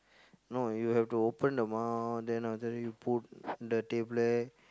no you have to open the mouth then after that you put the tablet